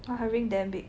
!wah! her ring damn big